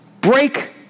break